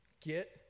get